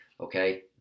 okay